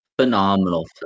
Phenomenal